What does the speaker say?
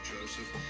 Joseph